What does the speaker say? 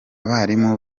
barimu